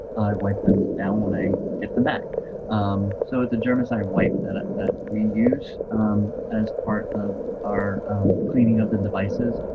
wipe them down when i get them back so the germicide wipe that ah that we use as part of our cleaning of the devices